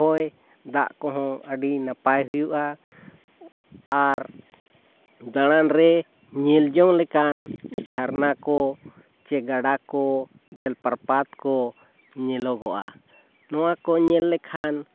ᱦᱚᱭ ᱫᱟᱜ ᱠᱚᱦᱚᱸ ᱟᱹᱰᱤ ᱱᱟᱯᱟᱭ ᱦᱩᱭᱩᱜᱼᱟ ᱟᱨ ᱫᱟᱬᱟᱱᱨᱮ ᱧᱮᱞᱡᱚᱝ ᱞᱮᱠᱟᱱ ᱡᱷᱟᱨᱱᱟᱠᱚ ᱥᱮ ᱜᱟᱰᱟᱠᱚ ᱡᱚᱞᱚ ᱯᱨᱚᱯᱟᱛᱠᱚ ᱧᱮᱞᱚᱜᱚᱜᱼᱟ ᱱᱚᱣᱟ ᱠᱚ ᱧᱮᱞ ᱞᱮᱠᱷᱟᱱ